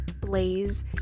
Blaze